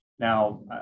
Now